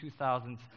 2000s